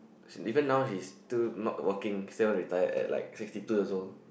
even now she's still not working still haven't retired at like sixty two years old